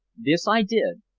this i did,